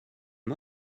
est